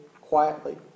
quietly